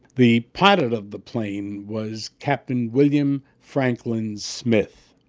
the pilot of the plane was capt. and william franklin smith,